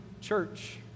church